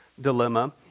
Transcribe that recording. dilemma